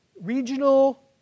regional